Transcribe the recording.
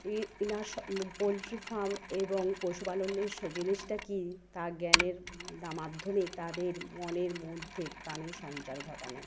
poultry farm এবং পশুপালনের জিনিসটা কি তা জ্ঞানের মাধ্যমে তাদের মনের মধ্যে প্রাণের সঞ্চার ঘটানো